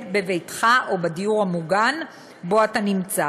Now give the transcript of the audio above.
בביתך או בדיור המוגן שבו אתה נמצא.